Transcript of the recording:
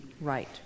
Right